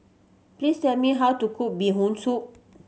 please tell me how to cook Bee Hoon Soup